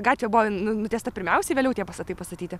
gatvė buvo nu nutiesta pirmiausiai vėliau tie pastatai pastatyti